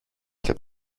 και